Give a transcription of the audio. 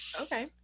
okay